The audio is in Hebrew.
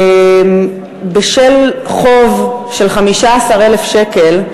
בשל חוב של 15,000 שקל,